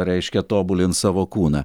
reiškia tobulint savo kūną